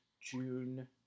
June